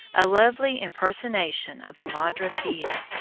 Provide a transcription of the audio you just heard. a lovely impersonation of the madre pia.